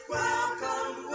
welcome